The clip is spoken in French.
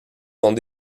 sont